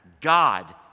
God